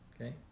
okay